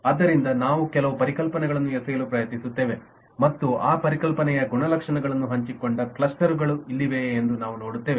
ಆದ್ದರಿಂದ ನಾವು ಕೆಲವು ಪರಿಕಲ್ಪನೆಗಳನ್ನು ಎಸೆಯಲು ಪ್ರಯತ್ನಿಸುತ್ತೇವೆ ಮತ್ತು ಆ ಪರಿಕಲ್ಪನೆಯ ಗುಣಲಕ್ಷಣಗಳನ್ನು ಹಂಚಿಕೊಂಡ ಕ್ಲಸ್ಟರ್ಗಳು ಇಲ್ಲಿವೆಯೆ ಎಂದು ನಾವು ನೋಡುತ್ತೇವೆ